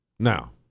Now